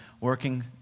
working